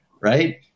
right